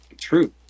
True